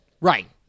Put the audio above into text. Right